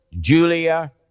Julia